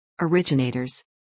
Originators